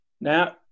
now